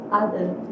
others